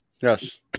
Yes